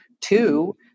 two